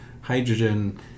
hydrogen